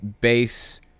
base